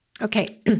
Okay